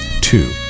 Two